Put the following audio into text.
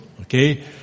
okay